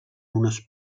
unes